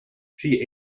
she